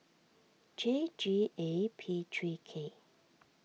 J G A P three K